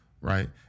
right